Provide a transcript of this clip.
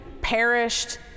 perished